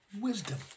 wisdom